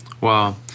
Wow